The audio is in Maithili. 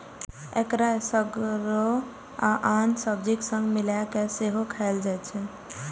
एकरा एसगरो आ आन सब्जीक संग मिलाय कें सेहो खाएल जाइ छै